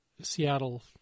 Seattle